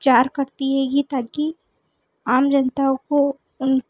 विचार करती है ये ताकि आम जनता को उन